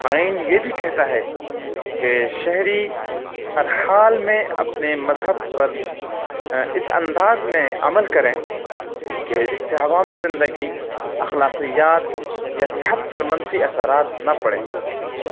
آئین یہ بھی کہتا ہے کہ شہری ہر حال میں اپنے مذہب پر اس انداز میں عمل کریں کہ اس سے عوامی زندگی اخلاقیات یا صحت پر منفی اثرات نہ پڑیں